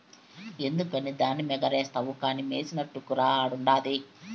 ఎంతకని ధాన్యమెగారేస్తావు కానీ మెసినట్టుకురా ఆడుండాది